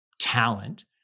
talent